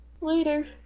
Later